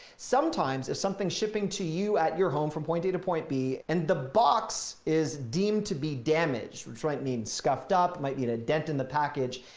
sometimes if something shipping to you at your home from point a to point b, and the box is deemed to be damaged, which might mean scuffed up might be in a dent in the package.